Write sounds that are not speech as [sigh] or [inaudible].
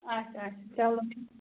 آچھا آچھا چلو [unintelligible]